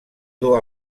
dur